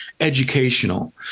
educational